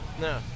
No